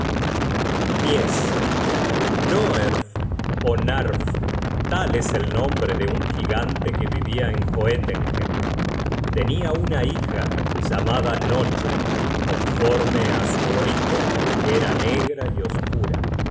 noerve ó narfve tal es el nombre de un gigante que vivia en joetenhem tenia una hija llamada noche conforme á su origen era negra y oscura